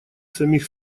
самих